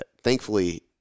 thankfully